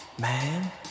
man